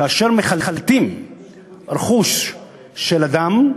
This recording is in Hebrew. כאשר מחלטים רכוש של אדם,